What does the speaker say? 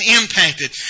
impacted